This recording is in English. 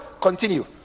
continue